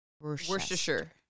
Worcestershire